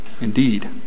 indeed